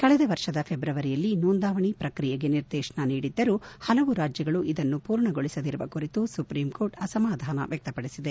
ಕಳೆದ ವರ್ಷದ ಫೆಬ್ರವರಿಯಲ್ಲಿ ನೋಂದಾವಣಿ ಪ್ರಕ್ರಿಯೆಗೆ ನಿರ್ದೇಶನ ನೀಡಿದ್ದರೂ ಹಲವು ರಾಜ್ಲಗಳು ಇದನ್ನು ಪೂರ್ಣಗೊಳಿಸದಿರುವ ಕುರಿತು ಸುಪ್ರೀಂಕೋರ್ಟ್ ಅಸಮಾಧಾನ ವ್ಯಕ್ಲಪಡಿಸಿದೆ